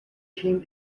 came